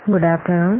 good afternoon